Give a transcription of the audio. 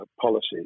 policies